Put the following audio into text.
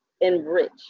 enrich